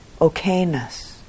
okayness